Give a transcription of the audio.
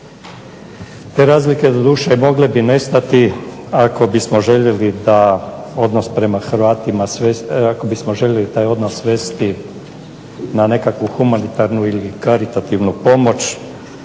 Te razlike doduše mogle bi nestati ako bismo željeli taj odnos svesti na nekakvu humanitarnu ili karitativnu pomoć,